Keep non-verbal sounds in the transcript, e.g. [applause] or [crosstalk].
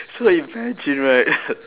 so imagine right [laughs]